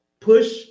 Push